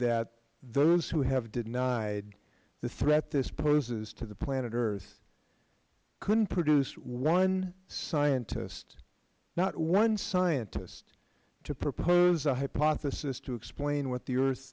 that those who have denied the threat this poses to the planet earth couldn't produce one scientist not one scientist to propose the hypothesis to explain what